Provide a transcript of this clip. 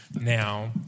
now